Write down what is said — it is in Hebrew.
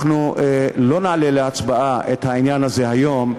לא נעלה להצבעה את העניין הזה היום,